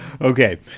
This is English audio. Okay